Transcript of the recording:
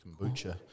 kombucha